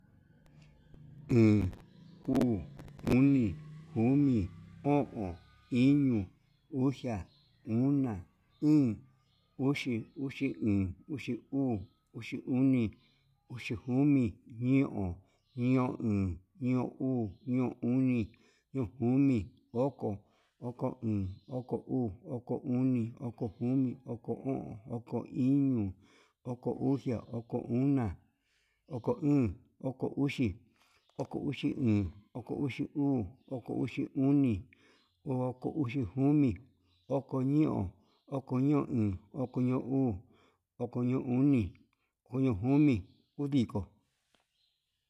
Iin, uu, oni, komi, o'on, uxia, ona, íín, uxi, uxi iin, uxi uu, uxi oni, uxi komi, ñeon, ñeon iin, ñeon uu, ñeon oni, ñeon komi, ñeon íín, oko, oko ii, oko uu, oko oni, oko komi, oko o'on, oko uxea, oko ona, oko íín, oko uxi, oko uxi iin, oko uxi uu, oko uxi oni, oko uxi komi, oko ñeon, oko ñeon iin, oko ñeon uu, oko ñeon oni, oko ñeon komi, udiko.